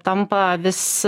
tampa vis